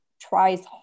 tries